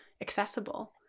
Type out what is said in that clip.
accessible